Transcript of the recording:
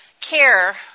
care